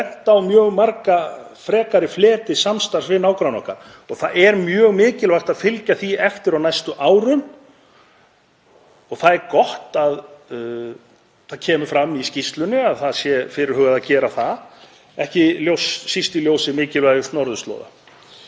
bent á mjög marga frekari fleti samstarfs við nágranna okkar og það er mjög mikilvægt að fylgja því eftir á næstu árum. Það er gott að það kemur fram í skýrslunni að fyrirhugað sé að gera það, ekki síst í ljósi mikilvægis norðurslóða.